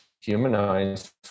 humanized